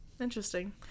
Interesting